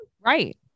right